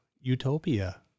utopia